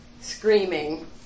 screaming